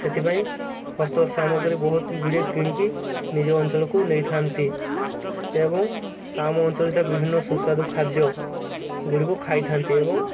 ସେଥିପାଇଁ ହସ୍ତ ସାମଗ୍ରୀ ବହୁତ ଗୁଡ଼ିଏ କିଣିକି ନିଜ ଅଞ୍ଚଳକୁ ନେଇଥାନ୍ତି ଏବଂ ଆମ ଅଞ୍ଚଳରେ ବିଭିନ୍ନ ସୁସ୍ୱାଦୁ ଖାଦ୍ୟ ଗୁଡ଼ିକୁ ଖାଇଥାନ୍ତି ଏବଂ